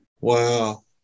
Wow